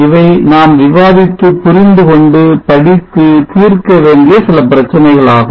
இவை நாம் விவாதித்து புரிந்துகொண்டு படித்து தீர்க்க வேண்டிய சில பிரச்சினைகள் ஆகும்